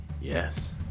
Yes